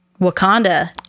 wakanda